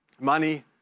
money